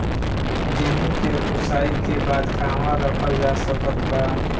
गेहूँ के ओसाई के बाद कहवा रखल जा सकत बा?